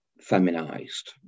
feminized